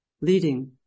leading